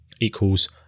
equals